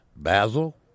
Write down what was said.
Basil